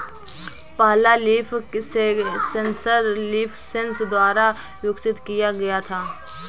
पहला leaf sensor LeafSense द्वारा विकसित किया गया था